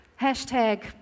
Hashtag